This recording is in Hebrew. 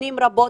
משנים רבות?